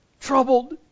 Troubled